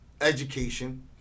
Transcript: education